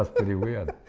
ah pretty weird